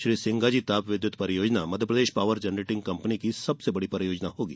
श्री सिंगाजी ताप विद्युत परियोजना मध्यप्रदेश पावर जनरेटिंग कंपनी की सबसे बड़ी परियोजना होगी